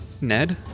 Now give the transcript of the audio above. Ned